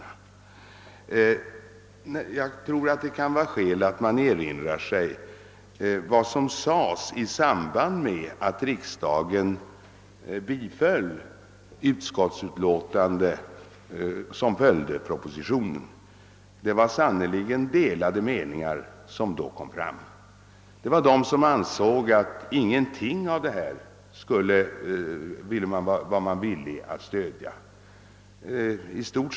Det kan i detta sammanhang vara skäl att erinra sig vad som förekom när riksdagen behandlade det utskottsförslag som följde på propositionen. Under den debatt som då fördes framkom det sannerligen delade meningar. Det fanns de som inte var villiga att stödja något av vad som föreslogs.